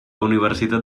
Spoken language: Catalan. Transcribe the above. universitat